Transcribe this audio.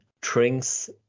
drinks